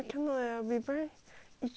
itchy [one] eh jessie